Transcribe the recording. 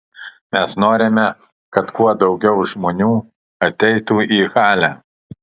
mes norime kad kuo daugiau žmonių ateitų į halę